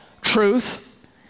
truth